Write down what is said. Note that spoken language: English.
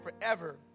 forever